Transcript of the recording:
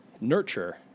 nurture